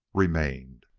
remained.